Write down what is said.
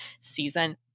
season